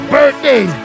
Birthday